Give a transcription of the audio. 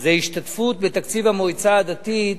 זה השתתפות בתקציב המועצה הדתית,